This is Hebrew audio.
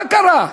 מה קרה?